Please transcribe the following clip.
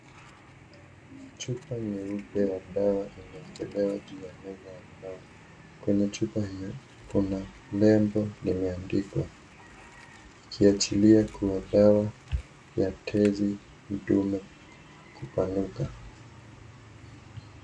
Chupa nyeupe ya dawa imewekelewa juu ya meza ya mbao , kwenye chupa hio kuna nembo limeandikwa Ghudatun dawa ya tezi dume kupanuka.